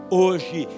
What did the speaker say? hoje